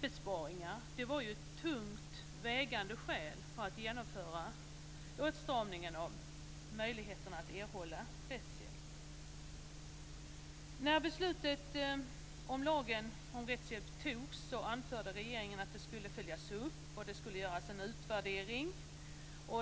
besparingar var ett tungt vägande skäl för att genomföra åtstramningen av möjligheterna att erhålla rättshjälp. När beslutet om lagen om rättshjälp fattades anförde regeringen att det skulle följas upp. Det skulle göras en utvärdering.